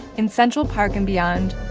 in central park and beyond,